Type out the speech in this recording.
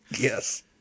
Yes